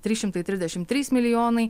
trys šimtai trisdešimt trys milijonai